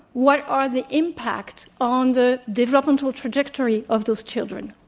what are the impacts on the developmental trajectory of those children.